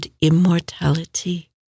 immortality